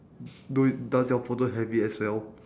do does your photo have it as well